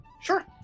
Sure